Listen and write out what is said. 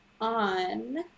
on